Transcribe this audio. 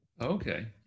okay